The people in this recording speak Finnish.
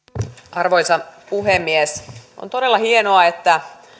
arvoisa puhemies on todella hienoa että